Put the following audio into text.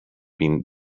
been